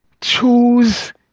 choose